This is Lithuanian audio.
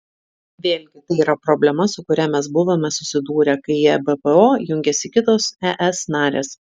vėlgi tai yra problema su kuria mes buvome susidūrę kai į ebpo jungėsi kitos es narės